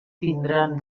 tindran